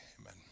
amen